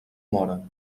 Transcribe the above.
moren